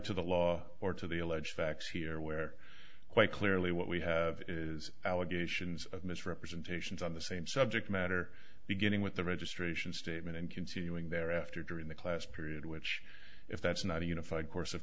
to the law or to the alleged facts here where quite clearly what we have is allegations of misrepresentations on the same subject matter beginning with the registration statement and continuing there after during the class period which if that's not a unified course of